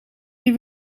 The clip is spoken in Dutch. die